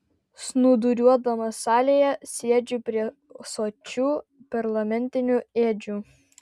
snūduriuodamas salėje sėdžiu prie sočių parlamentinių ėdžių